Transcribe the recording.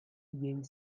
jej